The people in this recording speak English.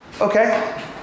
Okay